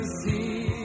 see